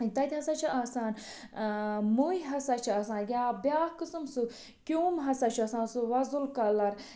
تَتہِ ہَسا چھِ آسان مٔہۍ ہَسا چھِ آسان یا بیٛاکھ قٕسم سُہ کیٚوم ہَسا چھُ آسان سُہ وۄزُل کَلَر